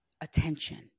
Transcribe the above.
attention